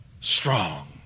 strong